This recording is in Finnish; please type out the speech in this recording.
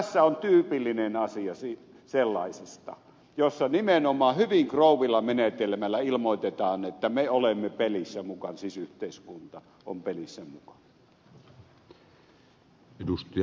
tässä on tyypillinen sellainen asia jossa nimenomaan hyvin krouvilla menetelmällä ilmoitetaan että me olemme pelissä mukana siis yhteiskunta on pelissä mukana